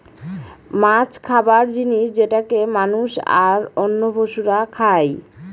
মাছ খাবার জিনিস যেটাকে মানুষ, আর অন্য পশুরা খাই